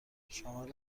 شامل